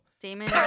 Damon